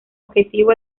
objetivo